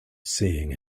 seeing